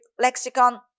lexicon